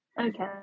Okay